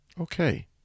Okay